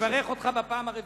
אני מברך אותך בפעם הרביעית.